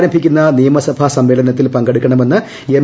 ആരംഭിക്കുന്ന നിയമസഭാ സമ്മേളനത്തിൽ നാളെ പങ്കെടുക്കണമെന്ന് എം